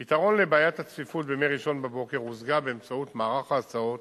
1 3. פתרון לבעיית הצפיפות בימי ראשון בבוקר הושג באמצעות מערך ההסעות